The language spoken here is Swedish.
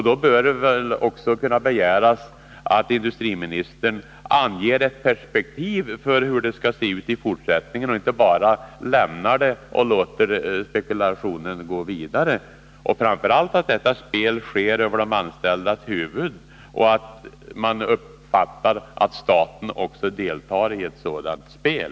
Då bör man väl också kunna begära att industriministern anger ett perspektiv för hur det skall se ut i fortsättningen — inte bara lämnar frågan och låter spekulationen gå vidare. Framför allt får detta spel inte pågå över de anställdas huvuden, så att man får uppfattningen att även staten deltar i ett sådant spel.